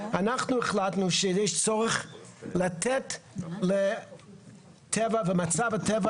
אנחנו החלטנו שיש צורך לתת לטבע ומצב הטבע